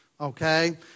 okay